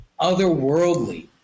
otherworldly